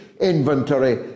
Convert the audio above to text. inventory